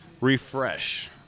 Refresh